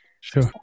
Sure